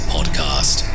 Podcast